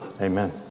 Amen